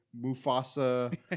Mufasa